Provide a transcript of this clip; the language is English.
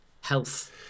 health